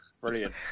Brilliant